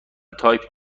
تایپ